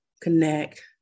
connect